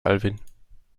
alwin